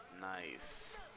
Nice